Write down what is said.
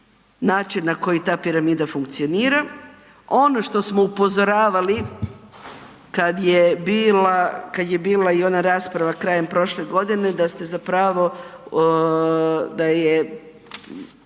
način na koji ta piramida funkcionira. Ono što smo upozoravali kada je bila i ona rasprava krajem prošle godine da ste zapravo da je